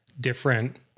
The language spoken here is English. different